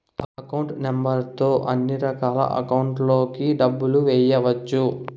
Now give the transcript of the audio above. account number తో అన్నిరకాల అకౌంట్లలోకి డబ్బులు ఎయ్యవచ్చు